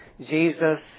Jesus